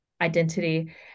identity